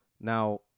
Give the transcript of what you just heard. Now